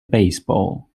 baseball